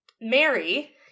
Mary